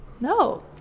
No